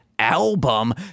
Album